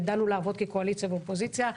ידענו לעבוד כקואליציה ואופוזיציה.